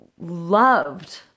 loved